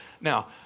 Now